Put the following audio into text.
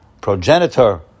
progenitor